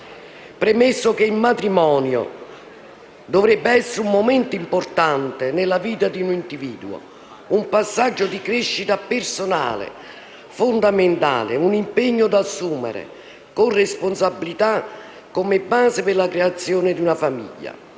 Premesso che il matrimonio dovrebbe essere un momento importante nella vita di un individuo, un passaggio di crescita personale fondamentale e un impegno da assumere con responsabilità come base per la creazione di un famiglia,